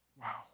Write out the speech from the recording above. Wow